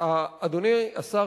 אדוני השר,